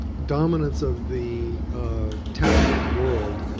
dominance of the tech world,